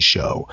Show